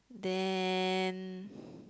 then